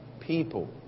people